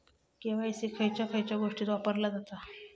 KYC खयच्या खयच्या गोष्टीत वापरला जाता?